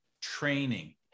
training